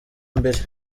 mbere